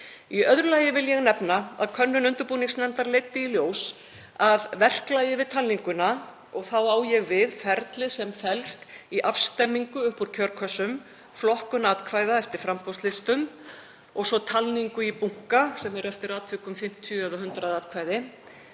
Í öðru lagi vil ég nefna að könnun undirbúningsnefndar leiddi í ljós að verklagi við talninguna, og þá á ég við ferlið sem felst í afstemmingu upp úr kjörkössum, flokkun atkvæða eftir framboðslistum og svo talningu í bunka sem eru eftir atvikum 50 eða 100 atkvæði,